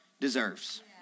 deserves